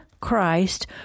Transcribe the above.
Christ